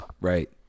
Right